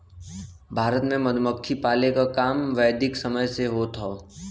भारत में मधुमक्खी पाले क काम वैदिक समय से होत हौ